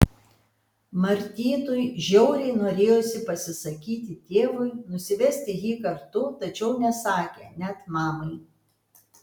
martynui žiauriai norėjosi pasisakyti tėvui nusivesti jį kartu tačiau nesakė net mamai